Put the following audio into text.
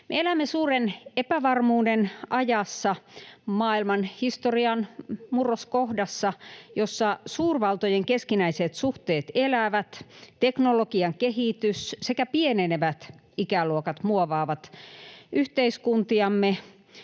elämme suuren epävarmuuden ajassa, maailmanhistorian murroskohdassa, jossa suurvaltojen keskinäiset suhteet elävät ja teknologian kehitys sekä pienenevät ikäluokat muovaavat yhteiskuntiamme.